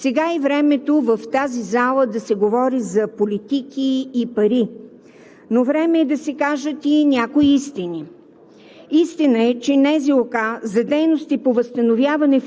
Уважаеми колеги народни представители, сега е времето в тази зала да се говори за политики и пари, но е време да се кажат и някои истини.